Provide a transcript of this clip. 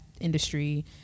industry